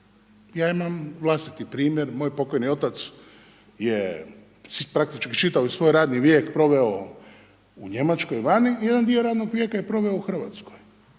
Ja imam vlastiti primjer, moj pokojni otac je praktički svoj radni vijek proveo u Njemačkoj vani i jedan dio radnog vijeka je proveo u Hrvatskoj.